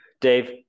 Dave